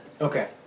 Okay